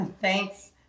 Thanks